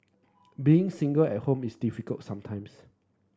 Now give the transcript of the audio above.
being single at home is difficult sometimes